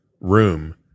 room